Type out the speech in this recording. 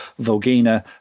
Volgina